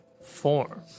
Form